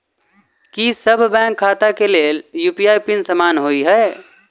की सभ बैंक खाता केँ लेल यु.पी.आई पिन समान होइ है?